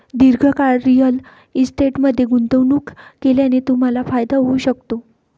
दीर्घकाळ रिअल इस्टेटमध्ये गुंतवणूक केल्याने तुम्हाला फायदा होऊ शकतो